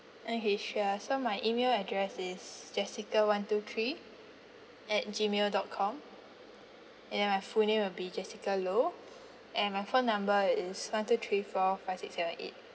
okay sure so my email address is jessica one two three at G mail dot com and then my full name will be jessica low and my phone number is one two three four five six seven eight